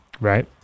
Right